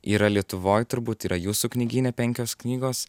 yra lietuvoj turbūt yra jūsų knygyne penkios knygos